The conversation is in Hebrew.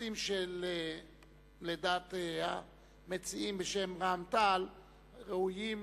נושאים שלדעת המציעים בשם רע"ם-תע"ל ראויים